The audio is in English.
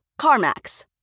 CarMax